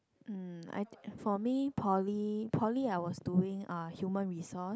um I think for me poly poly I was doing uh Human Resource